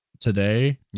today